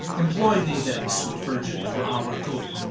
employ thee then, sweet virgin, for our good